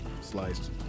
sliced